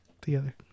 together